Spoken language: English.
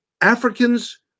Africans